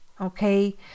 okay